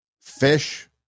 fish